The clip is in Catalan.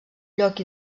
lloc